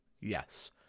Yes